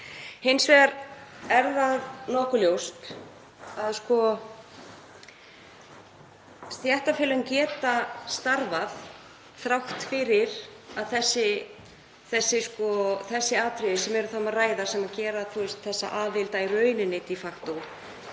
Hins vegar er það nokkuð ljóst að stéttarfélög geta starfað þrátt fyrir þessi atriði sem um er að ræða og gera þessa aðild í raun að de facto